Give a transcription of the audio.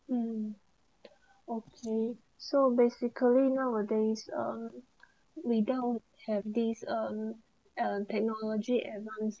mm okay so basically nowadays um we don't have this um without have these uh technology advancement